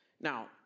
Now